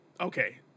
okay